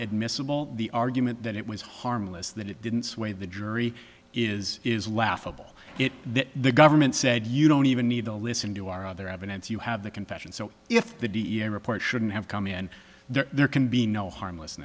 admissible the argument that it was harmless that it didn't sway the jury is is laughable it that the government said you don't even need to listen to our other evidence you have the confession so if the d n a report shouldn't have come in there can be no harmless